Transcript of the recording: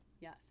Yes